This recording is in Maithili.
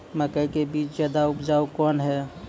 मकई के बीज ज्यादा उपजाऊ कौन है?